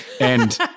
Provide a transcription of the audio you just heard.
And-